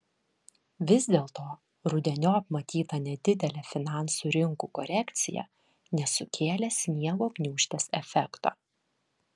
vis dėlto rudeniop matyta nedidelė finansų rinkų korekcija nesukėlė sniego gniūžtės efekto